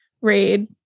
read